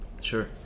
Sure